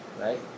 Right